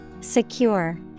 Secure